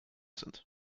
sind